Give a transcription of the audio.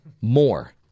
more